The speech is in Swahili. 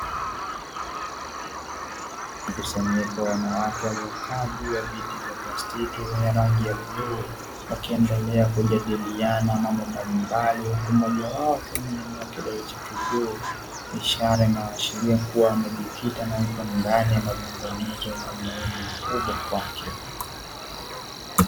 Mkusanyiko wa wanawake waliokaa juu ya viti vya plastiki vyenye rangi ya bluu, wakiendelea kujadiliana mambo mbali mbali, huku mmoja wao akiwa amenyanyua kidole chake juu, ishara inayoashiria kua amejikita na yupo ndani ya mazungumzo yenye umuhimu mkubwa kwake.